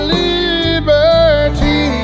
liberty